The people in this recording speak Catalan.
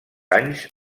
anys